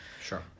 Sure